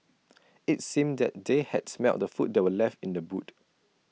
IT seemed that they had smelt the food that were left in the boot